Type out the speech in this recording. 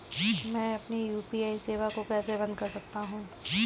मैं अपनी यू.पी.आई सेवा को कैसे बंद कर सकता हूँ?